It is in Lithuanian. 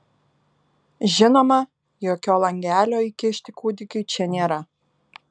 žinoma jokio langelio įkišti kūdikiui čia nėra